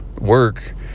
work